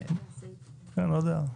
לא יודע.